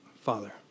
Father